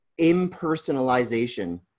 impersonalization